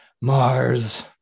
Mars